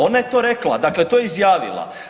Ona je to rekla, dakle to je izjavila.